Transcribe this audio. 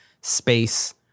space